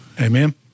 Amen